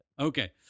Okay